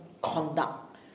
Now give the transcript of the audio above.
conduct